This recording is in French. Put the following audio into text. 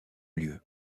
lieu